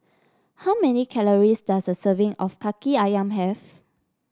how many calories does a serving of Kaki ayam have